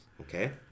Okay